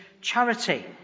charity